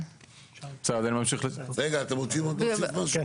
רגע, אתם רוצים להוסיף עוד משהו?